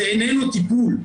זה איננו טיפול.